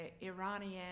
Iranian